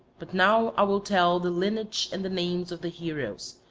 but now i will tell the lineage and the names of the heroes,